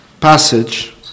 passage